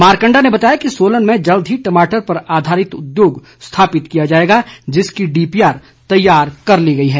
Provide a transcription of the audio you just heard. मारकंडा ने बताया कि सोलन में जल्द ही टमाटर पर आधारित उद्योग स्थापित किया जाएगा जिसकी डीपीआर तैयार कर ली गई है